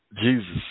Jesus